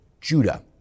Judah